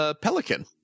pelican